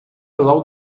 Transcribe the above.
load